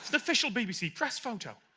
official bbc press photo!